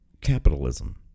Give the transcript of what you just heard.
capitalism